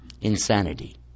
Insanity